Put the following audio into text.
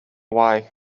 why